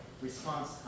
response